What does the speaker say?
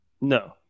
No